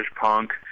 punk